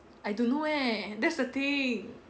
I don't know eh that's the thing